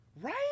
Right